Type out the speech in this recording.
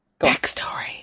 Backstory